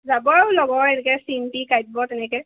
যাব আৰু লগৰ এনেকৈ চিম্পী কাব্য তেনেকৈ